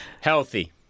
healthy